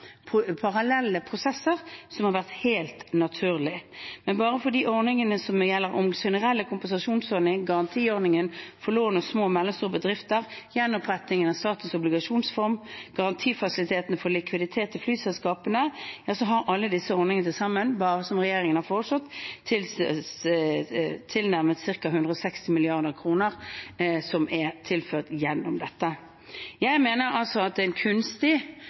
vært parallelle prosesser, som har vært helt naturlig. Bare gjennom den generelle kompensasjonsordningen, garantiordningen for lån til små og mellomstore bedrifter, gjenopprettingen av Statens obligasjonsfond og garantifasilitetene for likviditet til flyselskapene, som regjeringen har kommet med, har det til sammen blitt tilført ca. 160 mrd. kr. Jeg mener det blir gjort forsøk på å skape et kunstig